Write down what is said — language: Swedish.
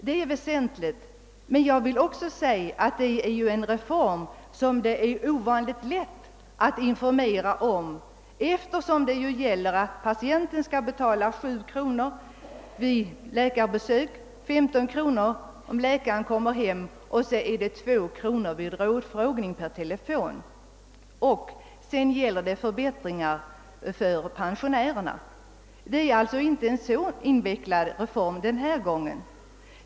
Det är väsentligt, men jag vill också säga, att detta är ju en reform som det är ovanligt lätt att informera om, eftersom det ju bara gäller att upplysa om att patienterna skall betala 7 kronor vid läkarbesök, 15 kronor om läkaren kommer hem och 2 kronor vid rådfrågning per telefon. Dessutom ingår i reformen förbättringar för pensionärerna. Det är alltså inte fråga om någon invecklad reform denna gång.